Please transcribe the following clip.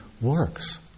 works